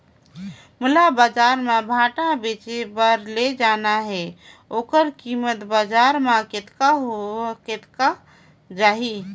मोला बजार मां भांटा बेचे बार ले जाना हे ओकर कीमत बजार मां कतेक जाही?